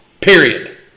Period